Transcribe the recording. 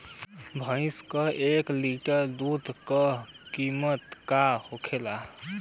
भैंस के एक लीटर दूध का कीमत का होखेला?